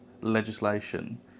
legislation